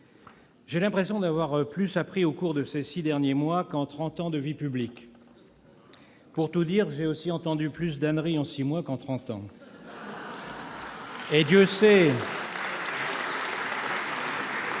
j'ai l'impression d'avoir plus appris au cours de ces six derniers mois qu'en trente ans de vie publique. Pour tout dire, j'ai aussi entendu plus d'âneries en six mois qu'en trente ans. Et pourtant,